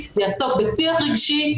יעסוק בשיח רגשי,